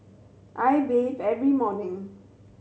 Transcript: I bathe every morning